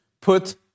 put